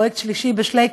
פרויקט "שלישי בשלייקס",